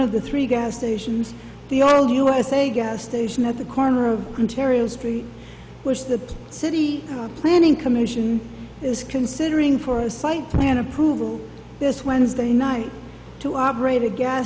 of the three gas stations the old usa gas station at the corner of ontario street which the city planning commission is considering for a site plan approval this wednesday night to operate a gas